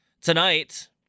Tonight